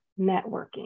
networking